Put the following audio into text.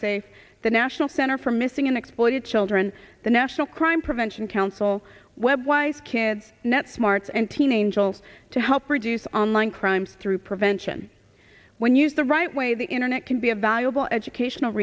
say the national center for missing and exploited children the national crime prevention council web wife kids net smarts and teenage will to help reduce online crimes through prevention when used the right way the internet can be a valuable educational